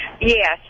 Yes